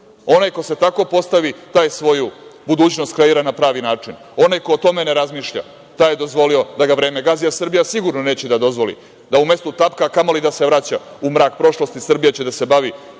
Onaj ko se tako postavi taj svoju budućnost kreira na pravi način. Onaj ko o tome ne razmišlja, taj je dozvolio da ga vreme gazi, a Srbija sigurno neće da dozvoli da u mestu tapka, a kamo li da se vraća u mrak prošlosti. Srbija će da se bavi